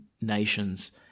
nations